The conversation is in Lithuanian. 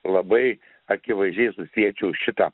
labai akivaizdžiai susiečiau šitą